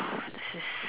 this is